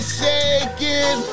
shaking